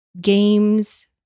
games